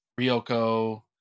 Ryoko